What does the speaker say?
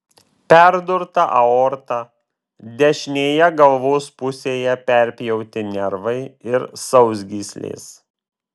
perdurta aorta dešinėje galvos pusėje perpjauti nervai ir sausgyslės